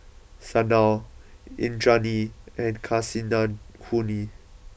Sanal Indranee and Kasinadhuni